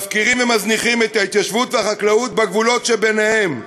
מפקירים ומזניחים את ההתיישבות ואת החקלאות בגבולות שביניהם.